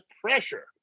pressure